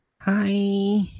Hi